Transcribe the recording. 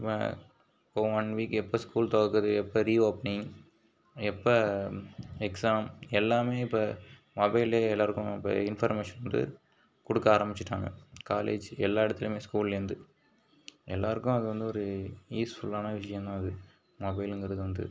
இப்போ one week எப்போ school திறக்குது எப்போ ரீஓப்பனிங் எப்போ எக்ஸாம் எல்லாமே இப்போ மொபைல்லேயே எல்லாருக்கும் இப்போ இம்ஃபர்மேஷன் வந்து கொடுக்க ஆரம்பிச்சிட்டாங்க காலேஜ் எல்லா இடத்துலயுமே ஸ்கூல்லேருந்து எல்லாருக்கும் அது வந்து ஒரு யூஸ்ஃபுல்லான விஷயந்தான் அது மொபைலுங்கிறது வந்து